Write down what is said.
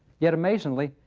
yet, amazingly,